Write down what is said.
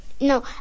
No